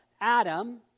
Adam